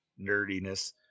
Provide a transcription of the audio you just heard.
nerdiness